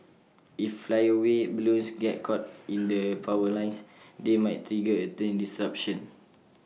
if flyaway balloons get caught in the power lines they might trigger A train disruption